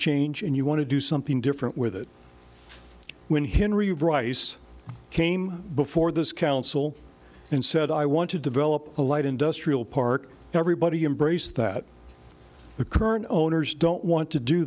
change and you want to do something different with it when hillary rice came before this council and said i want to develop a light industrial park everybody embrace that the current owners don't want to do